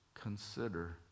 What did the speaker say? consider